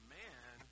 man